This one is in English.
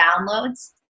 downloads